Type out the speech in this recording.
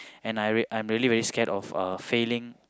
and I real I'm really really scared of uh failing